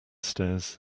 stairs